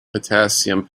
potassium